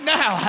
now